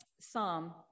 psalm